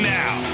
now